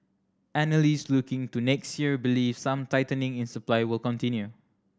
analysts looking to next year believe some tightening in supply will continue